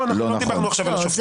לא דיברנו עכשיו על השופטים.